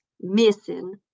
missing